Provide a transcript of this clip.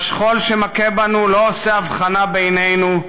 והשכול שמכה בנו לא עושה הבחנה בינינו,